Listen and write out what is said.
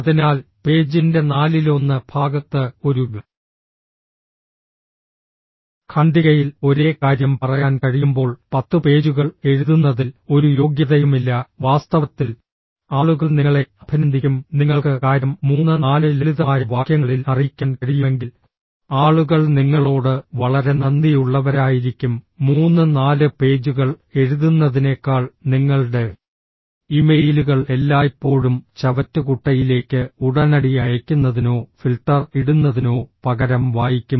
അതിനാൽ പേജിന്റെ നാലിലൊന്ന് ഭാഗത്ത് ഒരു ഖണ്ഡികയിൽ ഒരേ കാര്യം പറയാൻ കഴിയുമ്പോൾ പത്ത് പേജുകൾ എഴുതുന്നതിൽ ഒരു യോഗ്യതയുമില്ല വാസ്തവത്തിൽ ആളുകൾ നിങ്ങളെ അഭിനന്ദിക്കും നിങ്ങൾക്ക് കാര്യം മൂന്ന് നാല് ലളിതമായ വാക്യങ്ങളിൽ അറിയിക്കാൻ കഴിയുമെങ്കിൽ ആളുകൾ നിങ്ങളോട് വളരെ നന്ദിയുള്ളവരായിരിക്കും മൂന്ന് നാല് പേജുകൾ എഴുതുന്നതിനേക്കാൾ നിങ്ങളുടെ ഇമെയിലുകൾ എല്ലായ്പ്പോഴും ചവറ്റുകുട്ടയിലേക്ക് ഉടനടി അയയ്ക്കുന്നതിനോ ഫിൽട്ടർ ഇടുന്നതിനോ പകരം വായിക്കും